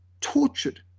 tortured